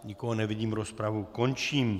Nikoho nevidím, rozpravu končím.